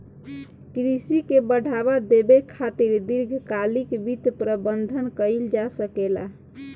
कृषि के बढ़ावा देबे खातिर दीर्घकालिक वित्त प्रबंधन कइल जा सकेला